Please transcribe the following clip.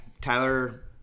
Tyler